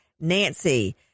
Nancy